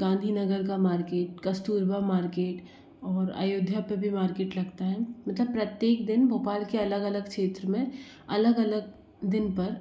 गांधी नगर का market Kasturba market और अयोध्या पर भी मार्किट लगता है मतलब प्रत्येक दिन भोपाल के अलग अलग क्षेत्र में अलग अलग दिन पर